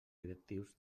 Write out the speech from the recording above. directius